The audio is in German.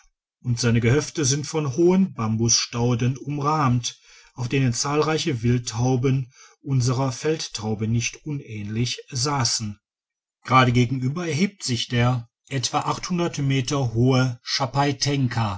und seine gehöfte sind von hohen bambusstauden umrahmt auf denen zahlreiche wildtauben unserer feldtaube nicht unähnlich sassen gerade gegenüber erhebt sich der digitized by google etwa meter hohe